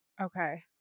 Okay